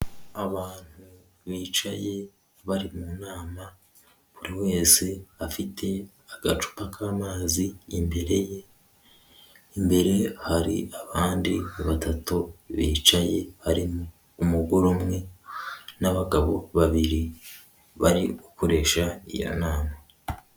Abantu bicaye bari mu nama buri wese afite agacupa k'amazi imbere ye, imbere hari abandi batatu bicaye harimo umugore umwe n'abagabo babiri bari gukoresha iyo nama.